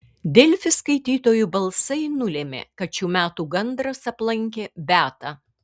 delfi skaitytojų balsai nulėmė kad šių metų gandras aplankė beatą